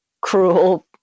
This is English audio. cruel